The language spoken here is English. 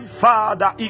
father